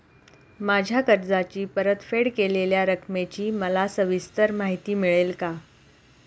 माझ्या कर्जाची परतफेड केलेल्या रकमेची मला सविस्तर माहिती मिळेल का?